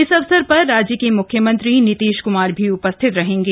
इस अवसर पर राज्य के मुख्यमंत्री नीतीश कुमार भी उपस्थित रहेंगे